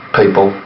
people